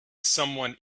someone